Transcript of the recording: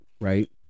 Right